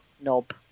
knob